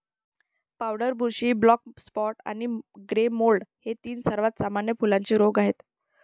powder बुरशी, black spot आणि grey mould हे तीन सर्वात सामान्य फुलांचे रोग आहेत